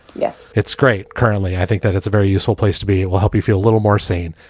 yeah, it's great. currently, i think that it's a very useful place to be. it will help you feel a little more sane.